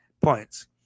points